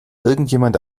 irgendjemand